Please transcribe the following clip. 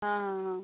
ହଁ ହଁ ହଁ